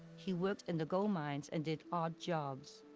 he worked in the gold mines and did odd jobs.